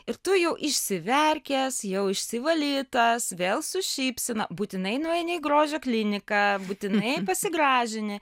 ir tu jau išsiverkęs jau išsivalytas vėl su šypsena būtinai nueini į grožio kliniką būtinai pasigražini